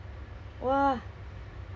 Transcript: you know